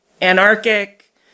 anarchic